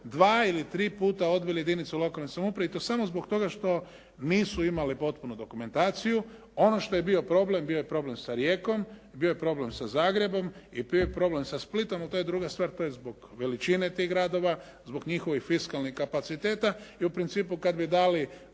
dva ili tri puta odbili jedinicu lokalne samouprave i to samo zbog toga što nisu imale potpunu dokumentaciju. Ono što je bio problem bio je problem sa Rijekom i bio je problem sa Zagrebom i bio je problem sa Splitom. To je druga stvar. To je zbog veličine tih gradova, zbog njihovih fiskalnih kapaciteta i u principu kad bi dali